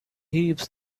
heaps